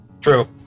True